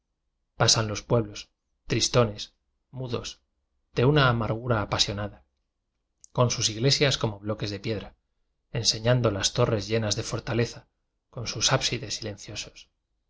pasan los pueblos tristones mudos de una amar gura apasionada con sus iglesias como bloques de piedra enseñando las torres lle nas de fortaleza con sus ábsides silencio